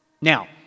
Now